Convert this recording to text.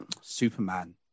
Superman